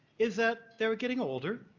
is that they were getting older.